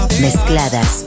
mezcladas